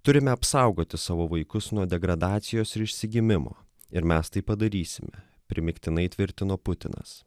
turime apsaugoti savo vaikus nuo degradacijos ir išsigimimo ir mes tai padarysime primygtinai tvirtino putinas